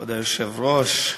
כבוד היושב-ראש,